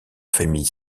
famille